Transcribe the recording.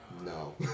No